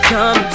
Come